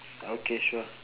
okay sure